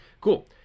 Cool